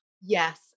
Yes